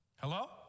Hello